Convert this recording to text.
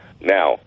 Now